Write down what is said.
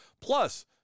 plus